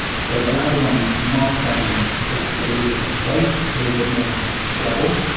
so the louder one might sound like it's got a little bit more bass, a little bit more treble,